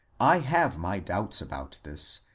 i have my doubts about this,